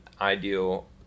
ideal